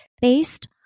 based